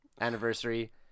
Anniversary